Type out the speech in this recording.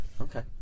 Okay